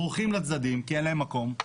בורחים לצדדים כי אין להם מקום,